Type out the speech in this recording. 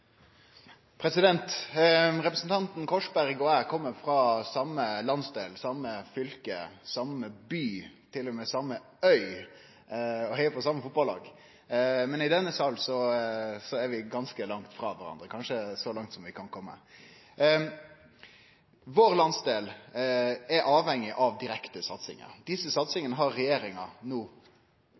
Representanten Korsberg og eg kjem frå same landsdel, same fylke, same by, til og med same øy – og heiar på same fotballag. Men i denne salen er vi ganske langt frå kvarandre, kanskje så langt som vi kan komme. Landsdelen vår er avhengig av direkte satsingar. Desse satsingane har regjeringa no